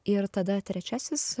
ir tada trečiasis